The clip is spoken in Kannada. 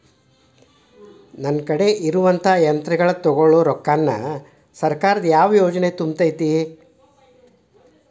ನನ್ ಕಡೆ ಇರುವಂಥಾ ಯಂತ್ರಗಳ ತೊಗೊಳು ರೊಕ್ಕಾನ್ ಸರ್ಕಾರದ ಯಾವ ಯೋಜನೆ ತುಂಬತೈತಿ?